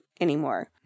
anymore